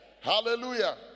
Hallelujah